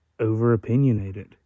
Overopinionated